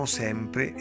sempre